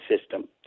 system